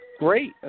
great